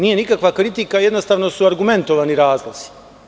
Nije nikakva kritika, jednostavno su argumentovani razlozi.